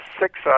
six